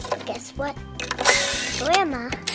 but guess what? the grandma